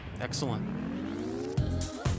Excellent